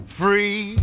free